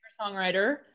Songwriter